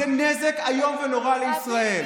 זה נזק איום ונורא לישראל.